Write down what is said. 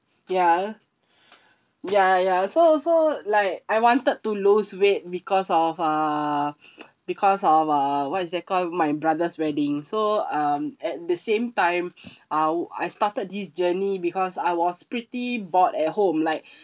ya ya ya so so like I wanted to lose weight because of err because of uh what is that called my brother's wedding so um at the same time I w~ I started this journey because I was pretty bored at home like